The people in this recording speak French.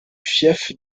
fief